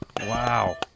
Wow